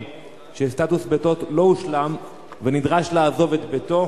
שסטטוס ביתו לא הושלם והוא נדרש לעזוב אותו,